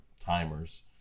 timers